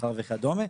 שכר וכדומה.